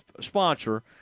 sponsor